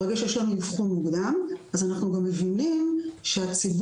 ברגע שיש לנו אבחון מוקדם אז אנחנו גם מבינים שהציבור